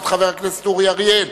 את חבר הכנסת אורי אריאל: